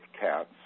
cats